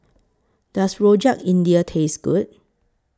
Does Rojak India Taste Good